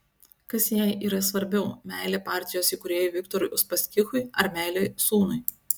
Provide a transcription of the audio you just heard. kas jai yra svarbiau meilė partijos įkūrėjui viktorui uspaskichui ar meilė sūnui